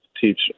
teach